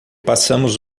passamos